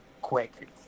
Quick